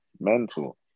mental